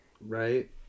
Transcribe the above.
Right